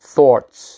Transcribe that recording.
Thoughts